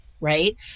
right